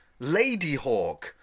Ladyhawk